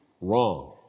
wrong